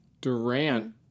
Durant